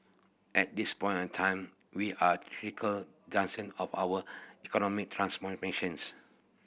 at this point a time we are critical of our economic transformations